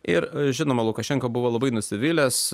ir žinoma lukašenka buvo labai nusivylęs